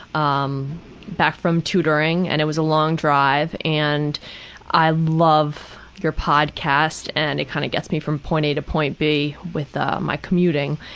um back from tutoring, and it was a long drive. and i love your podcast, and it kinda kind of gets me from point a to point b with ah my commuting.